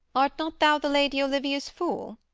art not thou the lady olivia's fool?